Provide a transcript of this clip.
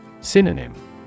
Synonym